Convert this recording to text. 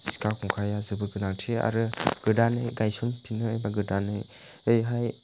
सिखा खंखाया जोबोद गोनांथि आरो गोदानै गायसनफिननो एबा गोदानै बैहाय